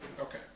Okay